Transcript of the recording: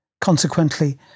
Consequently